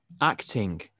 Acting